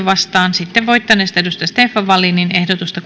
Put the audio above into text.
vastaan ja sitten voittaneesta johanna ojala niemelän ehdotusta